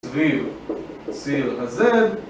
סביב ציר הזד